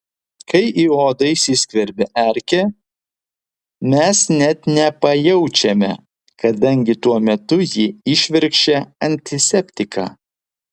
kai į odą įsiskverbia erkė mes net nepajaučiame kadangi tuo metu ji įšvirkščia antiseptiką